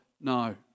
no